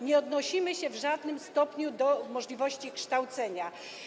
Nie odnosimy się w żadnym stopniu do możliwości kształcenia.